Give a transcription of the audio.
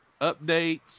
updates